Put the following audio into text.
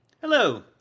Hello